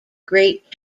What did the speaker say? great